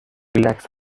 ریلکس